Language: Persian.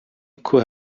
کوه